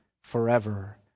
forever